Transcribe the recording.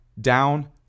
down